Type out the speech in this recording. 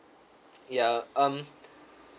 ya um